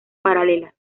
paralelas